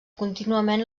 contínuament